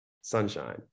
sunshine